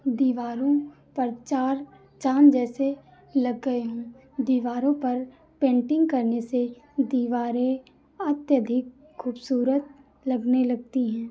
दीवारों पर चार चाँद जैसे लग गए हों दीवारों पर पेन्टिंग करने से दीवारें अत्यधिक खूबसूरत लगने लगती हैं